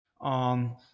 on